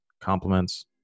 compliments